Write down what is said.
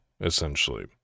essentially